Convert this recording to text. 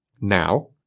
now